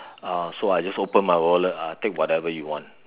uh so I just open my wallet uh take whatever you want